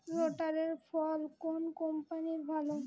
রোটারের ফল কোন কম্পানির ভালো?